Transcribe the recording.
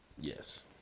Yes